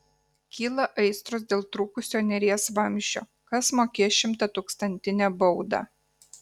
kyla aistros dėl trūkusio neries vamzdžio kas mokės šimtatūkstantinę baudą